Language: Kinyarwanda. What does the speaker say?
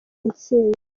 intsinzi